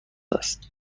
است